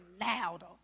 Louder